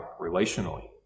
relationally